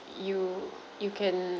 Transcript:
you you can